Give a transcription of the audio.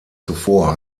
zuvor